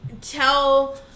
tell